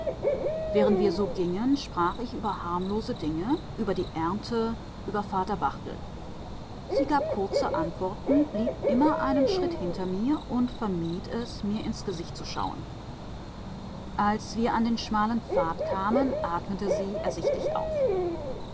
während wir so gingen sprach ich über harmlose dinge über die ernte über vater barthel sie gab kurze antworten blieb immer einen schritt hinter mir und vermied es mir ins gesicht zu schauen als wir an den schmalen pfad kamen atmete sie ersichtlich auf